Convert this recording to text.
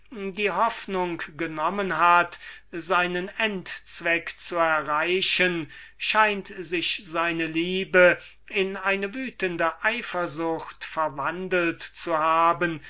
die hoffnung benommen seinen endzweck zu erreichen scheint sich seine liebe in eine wütende eifersucht verwandelt zu haben